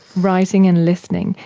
writing and listening.